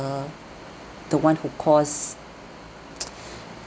the one who cause